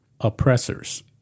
oppressors